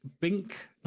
bink